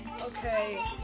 Okay